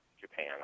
Japan